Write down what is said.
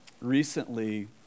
recently